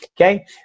Okay